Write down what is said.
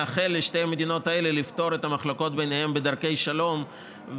מאחל לשתי המדינות האלה לפתור את המחלוקות ביניהן בדרכי שלום,